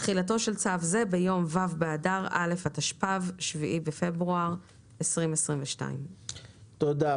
תחילתו של צו זה ביום ו' באדר א' התשפ"ב (7 בפברואר 2022). תודה.